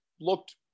looked